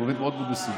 הוא עובד מאוד מסודר.